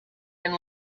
and